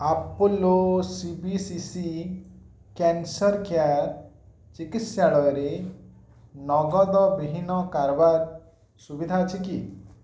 Apollo CBCC cancer care ଚିକିତ୍ସାଳୟରେ ନଗଦ ବିହୀନ କାରବାର ସୁବିଧା ଅଛି କି